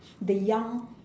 the young